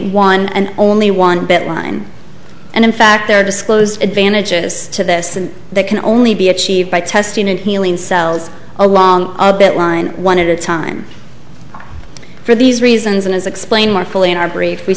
one and only one bit line and in fact there are disclosed advantages to this and that can only be achieved by testing and healing cells along that line one at a time for these reasons and as explain more fully in our brief we